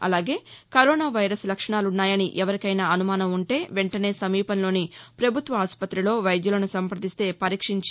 అలాగే corona virus లక్షణాలున్నాయని ఎవరికైనా అనుమానం ఉంటే వెంటనే సమీపంలోని ప్రభుత్వ ఆసుపత్రిలో వైద్యులను సంప్రదిస్తేపరీక్షించి